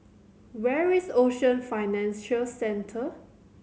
where is Ocean Financial Centre